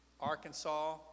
arkansas